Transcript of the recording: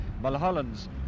Mulholland's